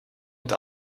met